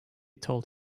told